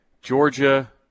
Georgia –